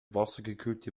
wassergekühlte